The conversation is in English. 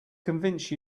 convince